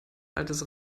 altes